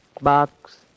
Box